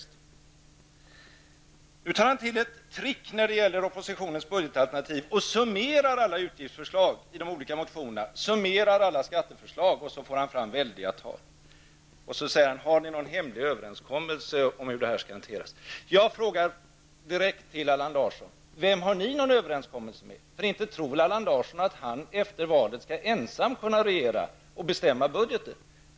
Nu tar finansministern till ett trick när det gäller oppositionens budgetalternativ och summerar alla utgiftsförslag i de olika motionerna och alla skatteförslag och får fram stora tal. Sedan frågar han om vi har någon hemlig överenskommelse om hur detta skall hanteras. Jag frågar Allan Larsson direkt. Vem har ni någon överenskommelse med? Allan Larsson tror väl inte att han efter valet ensam skall kunna regera och bestämma budgeten.